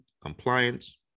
compliance